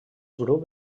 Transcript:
grup